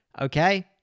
Okay